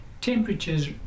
temperatures